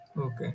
Okay